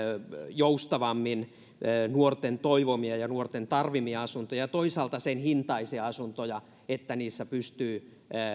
joustavammin nuorten toivomia ja nuorten tarvitsemia asuntoja ja toisaalta sen hintaisia asuntoja että niissä pystyvät